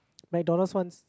McDonalds ones